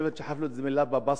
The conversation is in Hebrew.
חושבת שחאפלות זה מלה בבסטות,